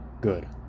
Good